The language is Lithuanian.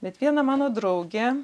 bet viena mano drauge